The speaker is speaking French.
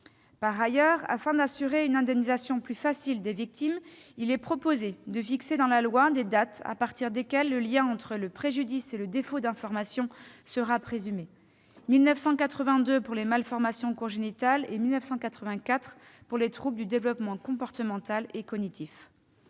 Par ailleurs, afin d'assurer une indemnisation plus facile des victimes, il est proposé de fixer dans la loi des dates à partir desquelles le lien entre le préjudice et le défaut d'information sera présumé : 1982 pour les malformations congénitales et 1984 pour les troubles du développement comportemental et cognitif.